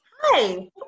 Hi